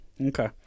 Okay